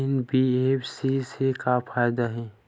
NBFC से का फ़ायदा हे?